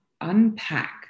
unpack